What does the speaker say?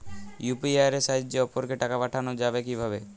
UPI এর সাহায্যে অপরকে টাকা পাঠানো যাবে কিভাবে?